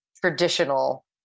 traditional